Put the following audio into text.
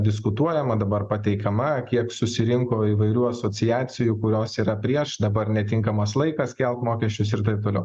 diskutuojama dabar pateikiama kiek susirinko įvairių asociacijų kurios yra prieš dabar netinkamas laikas kelt mokesčius ir taip toliau